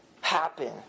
happen